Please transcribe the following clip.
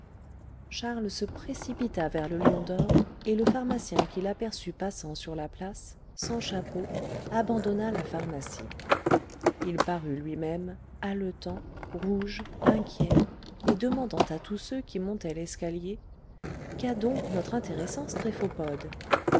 charles se précipita vers le lion d'or et le pharmacien qui l'aperçut passant sur la place sans chapeau abandonna la pharmacie il parut lui-même haletant rouge inquiet et demandant à tous ceux qui montaient l'escalier qu'a donc notre intéressant